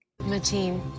Mateen